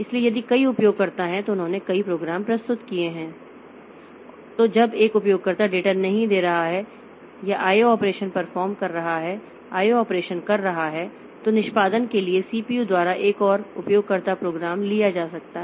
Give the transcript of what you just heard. इसलिए यदि कई उपयोगकर्ता हैं तो उन्होंने कई प्रोग्राम प्रस्तुत किए हैं तो जब एक उपयोगकर्ता डेटा नहीं दे रहा है या आईओ ऑपरेशन कर रहा है तो निष्पादन के लिए सीपीयू द्वारा एक और उपयोगकर्ता प्रोग्राम लिया जा सकता है